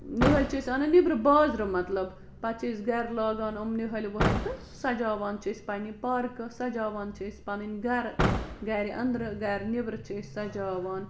نِہٕل چھِ انان نٮ۪برٕ بازرٕ مطلب پتہٕ چھِ أسۍ گرِ لاگان یِم نِہٕل وِہٕل سجاوان چھِ أسۍ پنٕٛنہِ پارکہٕ سجاوان چھِ أسۍ پنٕنۍ گرٕ گرِ انٛدرٕ گرِ نٮ۪برٕ چھِ أسۍ سجاوان